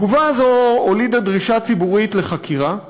התגובה הזאת הולידה דרישה ציבורית לחקירה,